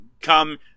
come